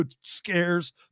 scares